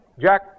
Jack